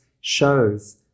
shows